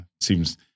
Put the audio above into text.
seems